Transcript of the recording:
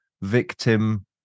victim